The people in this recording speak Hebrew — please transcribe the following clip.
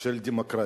של הדמוקרטיה.